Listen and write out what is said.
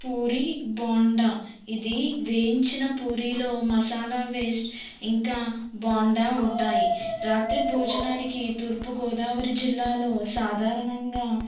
పూరి బొండా ఇది వేయించిన పూరీలో మసాలా పేస్ట్ ఇంకా బోండా ఉంటాయి రాత్రి భోజనానికి తూర్పు గోదావరి జిల్లాలో సాధారణంగా